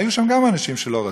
היו שם גם אנשים שלא רצו,